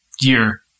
year